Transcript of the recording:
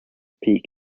peak